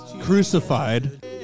crucified